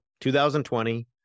2020